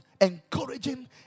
encouraging